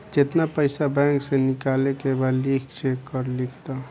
जेतना पइसा बैंक से निकाले के बा लिख चेक पर लिख द